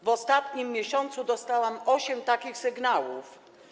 W ostatnim miesiącu dostałam osiem takich sygnałów.